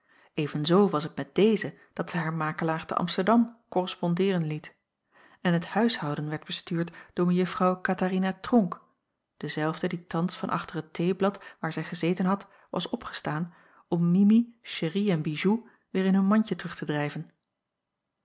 evenzoo was het met dezen dat zij haar makelaar te amsterdam korrespondeeren liet en het huishouden werd bestuurd door mejuffrouw katharina tronck dezelfde die thans van achter het theeblad waar zij gezeten had was opgestaan om mimi chéri en bijou weêr in hun mandje terug te drijven